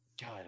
god